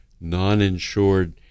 non-insured